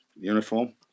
uniform